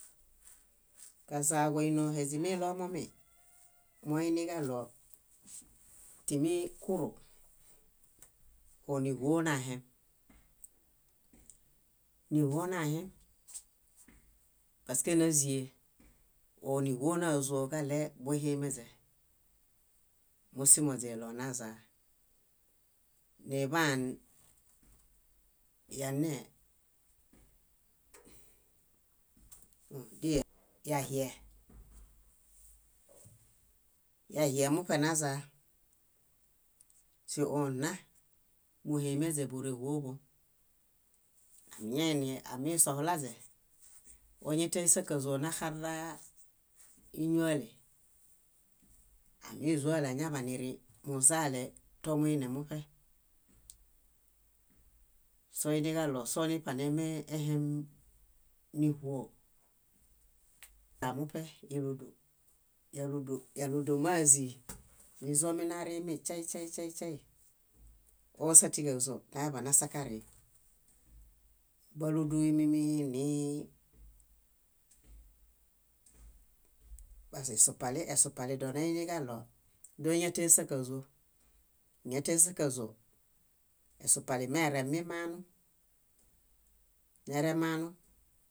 Kazaġo ínohe źimiɭomomi timi kuru, óniĥuo nahem, níĥuo nahem paske názie, óniĥuonazo kaɭebbuhimeźe. Mósimo źiɭonazaa. Niḃaan yanee yahie, yahie muṗe nazaa. Síona buhimeźe bóreĥuoḃom. Amiñainiamisohulaźe, óñetesakazo naxarraa íñuale, ámizuale añaḃanirii. Muzaletominemuṗe. Soiniġaɭosoniṗenemehem níĥuo. Ñamuṗe éludu, yáludu, yáludu mázii, nízominarimi śay, śay, śay, śay, ósatiġazo naeḃanasakarii, báluduimimi nii basisupali, esupali doneiniġaɭo dóñatesaġazo. Éñatesakazo, esupali meremimaanum, neremaanum,